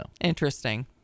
Interesting